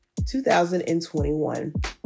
2021